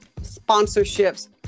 sponsorships